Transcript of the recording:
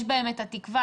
יש בהם את התקווה.